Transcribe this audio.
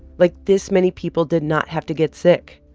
like, this many people did not have to get sick.